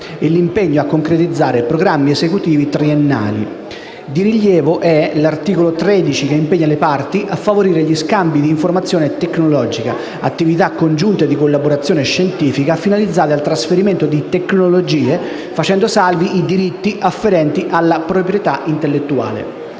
e l'impegno a concretizzare programmi esecutivi triennali. Di rilievo è l'articolo 13, che impegna le parti a favorire gli scambi di informazione tecnologica e attività congiunte di collaborazione scientifica finalizzate al trasferimento di tecnologie, facendo salvi i diritti afferenti alla proprietà intellettuale.